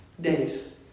days